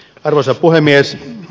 arvoisa puhemies